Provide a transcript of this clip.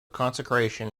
consecration